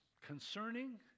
concerning